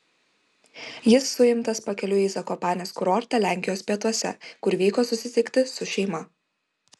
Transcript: jis suimtas pakeliui į zakopanės kurortą lenkijos pietuose kur vyko susitikti su šeima